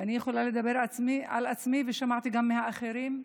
ואני יכולה לדבר על עצמי, ושמעתי גם מהאחרים,